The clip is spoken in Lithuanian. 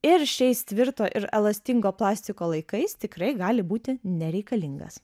ir šiais tvirto ir elastingo plastiko laikais tikrai gali būti nereikalingas